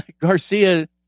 Garcia